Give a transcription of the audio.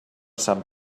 sant